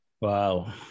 Wow